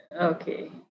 Okay